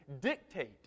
dictate